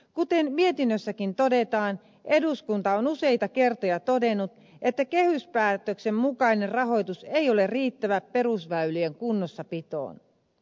kuten mietinnössäkin todetaan eduskunta on useita kertoja todennut että kehyspäätöksen mukainen rahoitus ei ole riittävä perusväylien kunnossapitoon